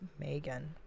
Megan